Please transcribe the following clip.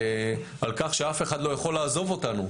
על כך שאף אחד לא יכול לעזוב אותנו,